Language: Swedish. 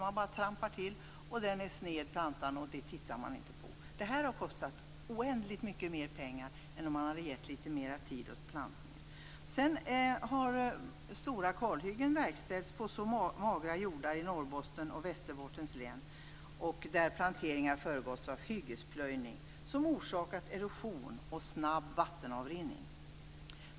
Man bara trampar till och tittar inte efter om plantan kommer snett. Det här har kostat oändligt mycket mer pengar än om man hade gett litet mer tid åt planteringen. Stora kalhyggen har verkställts på magra jordar i Norrbottens och Västerbottens län. Där har planteringar föregåtts av hyggesplöjning som orsakat erosion och snabb vattenavrinning.